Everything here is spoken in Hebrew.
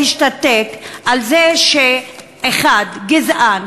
להשתתק כשאחד גזען,